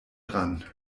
dran